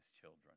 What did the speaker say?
children